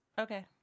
Okay